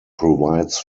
provides